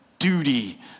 duty